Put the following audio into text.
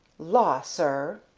law, sir!